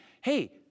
Hey